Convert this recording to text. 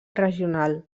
regional